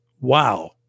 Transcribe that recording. Wow